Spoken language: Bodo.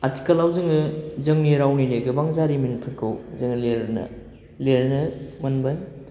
आथिखालाव जोङो जोंनि रावनिनो गोबां जारिमिनफोरखौ जोङो लिरनो लिरनो मोनबाय